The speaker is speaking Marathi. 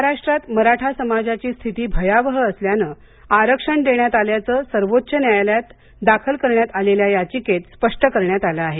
महाराष्ट्रात मराठा समाजाची स्थिती भयावह असल्यानं आरक्षण देण्यात आल्याचं सर्वोच्च न्यायालयात दाखल करण्यात आलेल्या याचिकेत स्पष्ट करण्यात आलं आहे